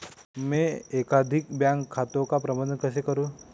मैं एकाधिक बैंक खातों का प्रबंधन कैसे करूँ?